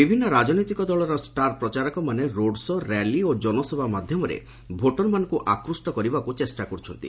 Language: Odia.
ବିଭିନ୍ନ ରାଜନୈତିକ ଦଳର ଷ୍ଟାର୍ ପ୍ରଚାରକମାନେ ରୋଡ୍ ଶୋ' ର୍ୟାଲି ଓ ଜନସଭା ମାଧ୍ୟମରେ ଭୋଟରମାନଙ୍କୁ ଆକୃଷ୍ଟ କରିବାକୁ ଚେଷ୍ଟା କରୁଛନ୍ତି